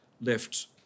left